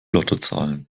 lottozahlen